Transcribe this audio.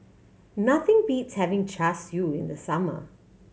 nothing beats having Char Siu in the summer